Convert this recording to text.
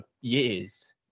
years